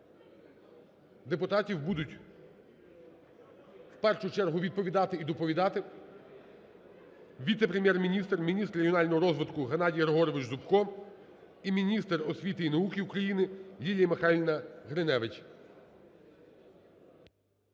депутатів будуть в першу чергу відповідати і доповідати віце-прем'єр-міністр – міністр регіонального розвитку Геннадій Григорович Зубко і міністр освіти і науки України Лілія Михайлівна Гриневич.